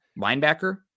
linebacker